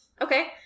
Okay